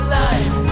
life